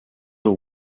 will